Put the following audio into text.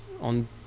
on